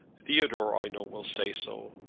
theodore, i know, will say so.